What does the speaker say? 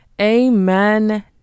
Amen